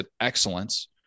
excellence